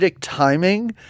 timing